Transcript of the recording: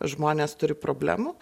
žmonės turi problemų